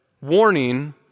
warning